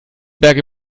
berg